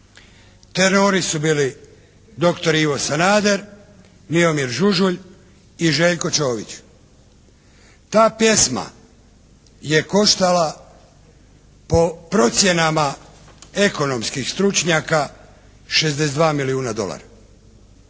Tenori su bili dr. Ivo Sanader, Miomir Žužul i Željko Ćović. Ta pjesma je koštala po procjenama ekonomskih stručnjaka 62 milijuna dolara